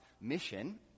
mission